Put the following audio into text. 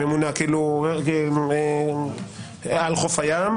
ממונע על חוף הים.